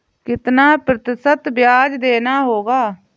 कितना प्रतिशत ब्याज देना होगा?